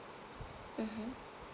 mmhmm